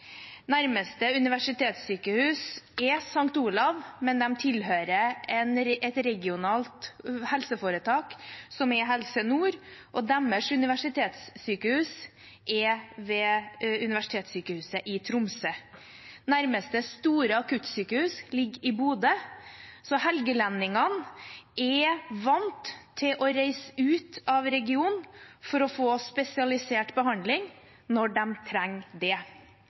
Nærmeste universitetssykehus er St. Olavs hospital, men de tilhører et regionalt helseforetak, som er Helse Nord, og deres universitetssykehus er universitetssykehuset i Tromsø. Nærmeste store akuttsykehus ligger i Bodø. Så helgelendingene er vant til å reise ut av regionen for å få spesialisert behandling når de trenger det.